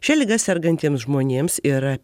šia liga sergantiems žmonėms yra